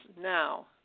now